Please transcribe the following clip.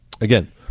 again